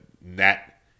net